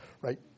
right